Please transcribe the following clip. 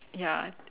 ya